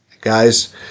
Guys